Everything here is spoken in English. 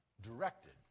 directed